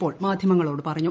Paul മാധ്യമങ്ങളോട് പറഞ്ഞു